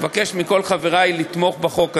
אני מבקש מכל חברי לתמוך בחוק הזה.